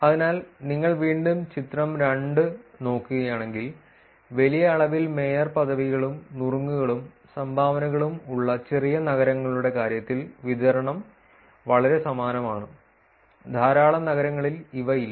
അതിനാൽ നിങ്ങൾ വീണ്ടും ചിത്രം 2 നോക്കുകയാണെങ്കിൽ വലിയ അളവിൽ മേയർ പദവികളും നുറുങ്ങുകളും സംഭാവനകളും ഉള്ള ചെറിയ നഗരങ്ങളുടെ കാര്യത്തിൽ വിതരണം വളരെ സമാനമാണ് ധാരാളം നഗരങ്ങളിൽ ഇവ ഇല്ല